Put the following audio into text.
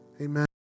Amen